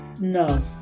No